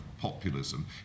populism